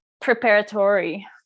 preparatory